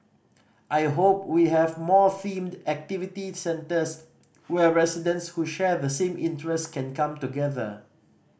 I hope we have more themed activity centres where residents who share the same interest can come together